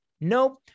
Nope